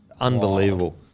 Unbelievable